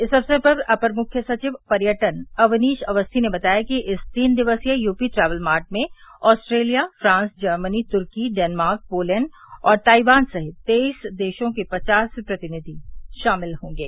इस अवसर पर अपर मुख्य सचिव पर्यटन अवनीश अवस्थी ने बताया कि इस तीन दिवसीय यूपी ट्रैवल मार्ट में आस्ट्रेलिया फ्रांस जर्मनी तुर्की डेनमार्क पोलेण्ड और ताइबान सहित तेईस देशों के पवास प्रतिनिधि शामिल होंगे